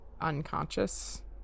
unconscious